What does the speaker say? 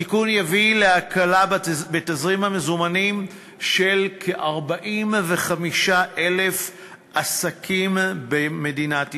התיקון יביא להקלה בתזרים המזומנים של כ-45,000 עסקים במדינת ישראל.